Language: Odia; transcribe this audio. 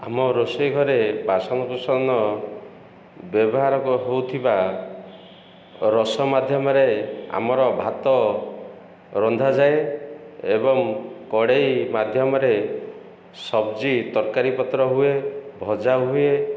ଆମ ରୋଷେଇ ଘରେ ବାସନ କୁସନ ବ୍ୟବହାର ହେଉଥିବା ରସ ମାଧ୍ୟମରେ ଆମର ଭାତ ରନ୍ଧାଯାଏ ଏବଂ କଢ଼େଇ ମାଧ୍ୟମରେ ସବ୍ଜି ତରକାରୀପତ୍ର ହୁଏ ଭଜା ହୁଏ